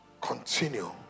Continue